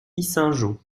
yssingeaux